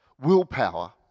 Willpower